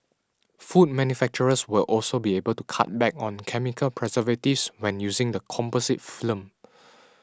food manufacturers will also be able to cut back on chemical preservatives when using the composite film